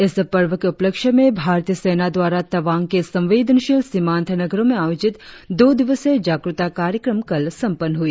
इस पर्व के उपलक्ष्य में भारतीय सेना द्वारा तवांग के संवेदनशील सीमांत नगरों में आयोजित दो दिवसीय जागरुकता कार्यक्रम कल संपन्न हुई